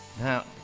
Now